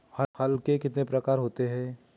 हल कितने प्रकार के होते हैं?